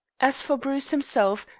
as for bruce himself,